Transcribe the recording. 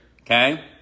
okay